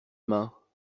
mains